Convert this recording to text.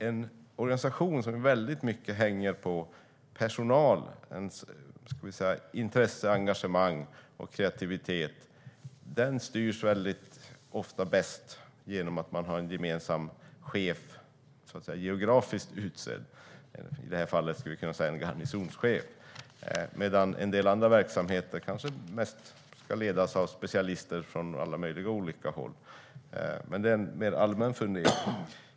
En organisation som i mycket hänger på personalens intresse, engagemang och kreativitet styrs ofta bäst genom att man har en gemensam chef som är geografiskt utsedd, i det här fallet en garnisonschef, medan en del andra verksamheter kanske bäst leds av specialister från alla möjliga olika håll. Men detta är mest en allmän fundering.